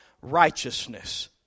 righteousness